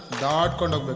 god kind of ah